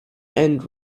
and